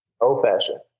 old-fashioned